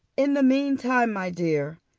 in the mean time, my dear,